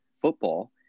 football